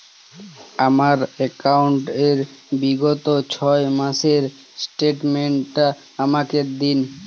আমার অ্যাকাউন্ট র বিগত ছয় মাসের স্টেটমেন্ট টা আমাকে দিন?